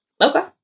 Okay